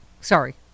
Sorry